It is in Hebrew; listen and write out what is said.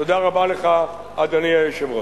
תודה רבה לך, אדוני היושב-ראש.